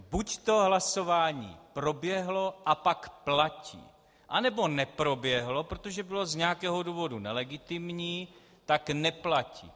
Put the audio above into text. Buďto hlasování proběhlo, a pak platí, anebo neproběhlo, protože bylo z nějakého důvodu nelegitimní, tak neplatí.